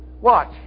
watch